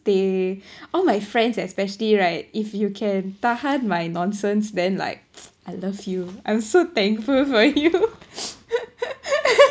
they all my friends especially right if you can tahan my nonsense then like I love you I'm so thankful for you